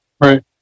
Right